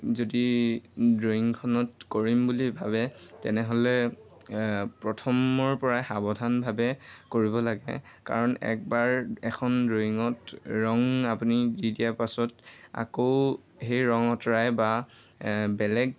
যদি ড্ৰয়িংখনত কৰিম বুলি ভাবে তেনেহ'লে প্ৰথমৰ পৰাই সাৱধানভাৱে কৰিব লাগে কাৰণ একবাৰ এখন ড্ৰয়িঙত ৰং আপুনি দি দিয়াৰ পাছত আকৌ সেই ৰং অঁতৰাই বা বেলেগ